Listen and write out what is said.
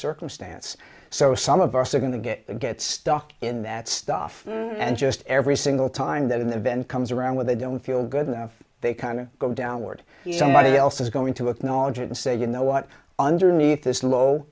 circumstance so some of us are going to get get stuck in that stuff and just every single time that in the event comes around when they don't feel good enough they can go downward somebody else is going to acknowledge it and say you know what underneath this low